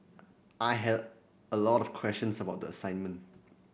I had a lot of questions about the assignment